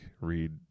read